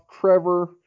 trevor